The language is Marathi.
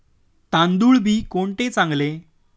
तांदूळ बी कोणते चांगले?